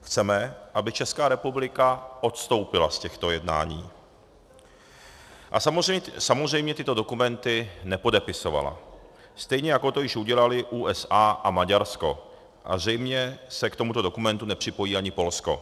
Chceme, aby Česká republika odstoupila z těchto jednání a samozřejmě tyto dokumenty nepodepisovala, stejně jako to již udělaly USA a Maďarsko, a zřejmě se k tomuto dokumentu nepřipojí ani Polsko.